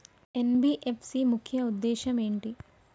NBFC ముఖ్య ఉద్దేశం ఏంటి?